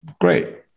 Great